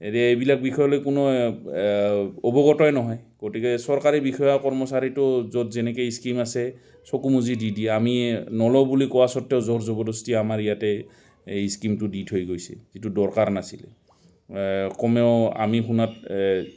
এ এইবিলাক বিষয়লৈ কোনো অৱগতই নহয় গতিকে চৰকাৰী বিষয়া কৰ্মচাৰীতো য'ত যেনেকৈ স্কিম আছে চকু মুজি দি দি আমি নলওঁ বুলি কোৱা স্বত্বও জোৰ জবৰদষ্টি আমাৰ ইয়াতে এই স্কিমটো দি থৈ গৈছে যিটো দৰকাৰ নাছিলে কমেও আমি শুনাত